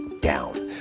down